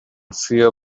fear